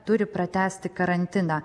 turi pratęsti karantiną